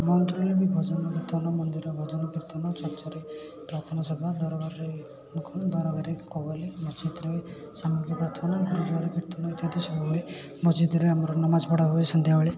ମନ୍ଦିରରେ ବି ଭଜନ କୀର୍ତ୍ତନ ମନ୍ଦିରରେ ଭଜନ କୀର୍ତ୍ତନ ଚର୍ଚ୍ଚରେ ପ୍ରାଥନାସଭା ଦରବାରରେ ଦରବାରେ କବାଲି ମସଜିଦରେ ଶାନ୍ତିପ୍ରାର୍ଥନା ଗୁରୁଦ୍ୱାରରେ କୀର୍ତ୍ତନ ଇତ୍ୟାଦି ସବୁ ହୁଏ ମସଜିଦରେ ଆମର ନମାଜ ପଢ଼ାହୁଏ ସନ୍ଧ୍ୟାବେଳେ